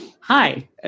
hi